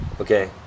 Okay